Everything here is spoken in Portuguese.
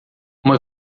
uma